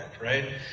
Right